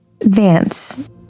Vance